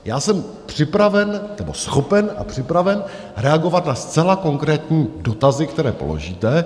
Já jsem připraven, nebo schopen a připraven, reagovat na zcela konkrétní dotazy, které položíte.